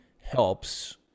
helps